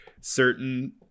certain